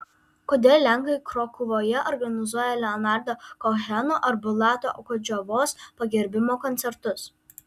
kodėl lenkai krokuvoje organizuoja leonardo koheno ar bulato okudžavos pagerbimo koncertus